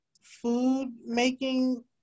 food-making